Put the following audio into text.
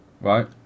right